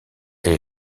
elle